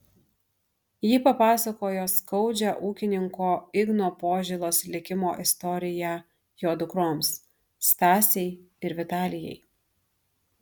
ji papasakojo skaudžią ūkininko igno požėlos likimo istoriją jo dukroms stasei ir vitalijai